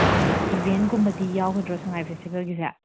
ꯑꯣ ꯏꯕꯦꯟꯒꯨꯝꯕꯗꯤ ꯌꯥꯎꯒꯗ꯭ꯔꯣ ꯁꯉꯥꯏ ꯐꯦꯁꯇꯤꯕꯦꯜꯒꯤꯁꯦ